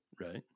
right